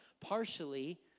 partially